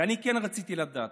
ואני כן רציתי לדעת,